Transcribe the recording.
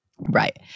Right